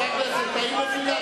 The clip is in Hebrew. חברת הכנסת סולודקין,